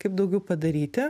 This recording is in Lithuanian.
kaip daugiau padaryti